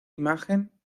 imagen